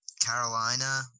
Carolina